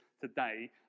today